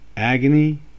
Agony